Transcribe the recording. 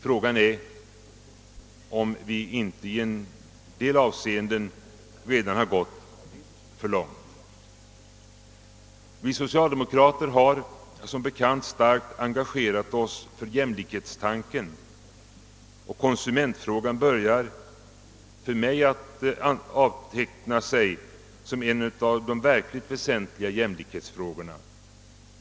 Frågan är om vi inte i en del avseenden redan har gått för långt. Vi socialdemokrater har som bekant starkt engagerat oss för jämlikhetstanken, och konsumentfrågan börjar för mig att avteckna sig som en av de verkligt väsentliga jämlikhetsfrågorna.